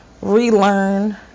relearn